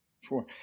Sure